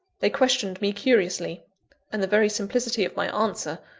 they questioned me curiously and the very simplicity of my answer,